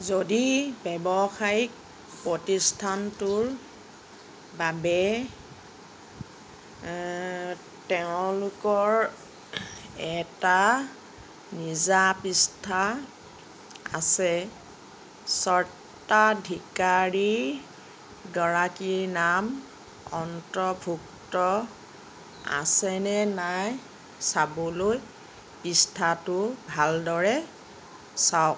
যদি ব্যৱসায়িক প্ৰতিস্থানটোৰ বাবে তেওঁলোকৰ এটা নিজা পৃষ্ঠা আছে স্বত্বাধিকাৰীগৰাকীৰ নাম অন্তৰ্ভুক্ত আছে নে নাই চাবলৈ পৃষ্ঠাটো ভালদৰে চাওক